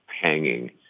hanging